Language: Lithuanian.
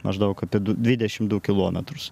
maždaug apie dvidešim du kilometrus